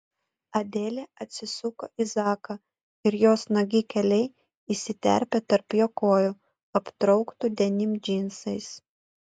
adelė atsisuko į zaką ir jos nuogi keliai įsiterpė tarp jo kojų aptrauktų denim džinsais